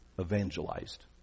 evangelized